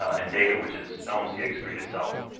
ah in data, which is lmc x three itself.